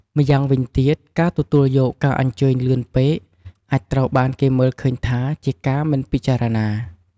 ម្យ៉ាងវិញទៀត ការទទួលយកការអញ្ជើញលឿនពេកអាចត្រូវបានគេមើលឃើញថាជាការមិនពិចារណា។